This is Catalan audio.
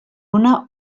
una